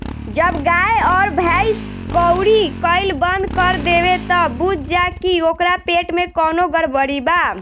जब गाय अउर भइस कउरी कईल बंद कर देवे त बुझ जा की ओकरा पेट में कवनो गड़बड़ी बा